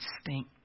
stink